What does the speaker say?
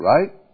right